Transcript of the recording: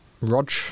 Rog